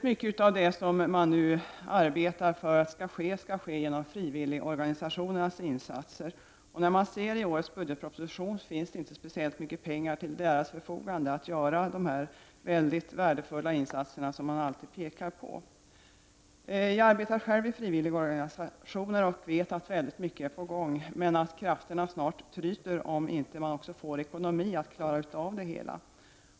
Mycket av det som man nu arbetar för skall ske genom frivilligorganisationernas insatser. I årets budgetproposition finns det inte speciellt mycket pengar till deras förfogande för att göra de oerhört värdefulla insatser som man alltid pekar på. Jag arbetar själv i frivilligorganisationer och vet att väldigt mycket är på gång, men krafterna tryter snart om man inte också får ekonomiska resurser att klara av det hela.